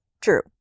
true